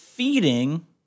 Feeding